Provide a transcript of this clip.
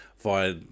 via